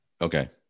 Okay